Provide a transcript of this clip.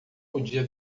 podia